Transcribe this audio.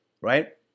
right